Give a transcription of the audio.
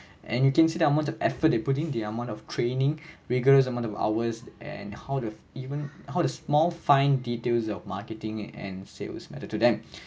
and you can see the amount of effort they put in the amount of training vigorous amount of hours and how to even how a small fine details of marketing and sales method to them